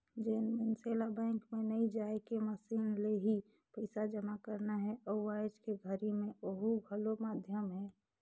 जेन मइनसे ल बैंक मे नइ जायके मसीन ले ही पइसा जमा करना हे अउ आयज के घरी मे ओहू घलो माधियम हे